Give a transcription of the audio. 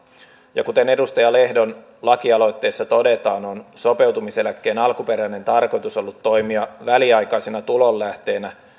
ja kuten edustaja lehdon lakialoitteessa todetaan on sopeutumiseläkkeen alkuperäinen tarkoitus ollut toimia väliaikaisena tulonlähteenä